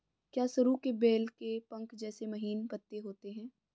क्या सरु के बेल के पंख जैसे महीन पत्ते होते हैं?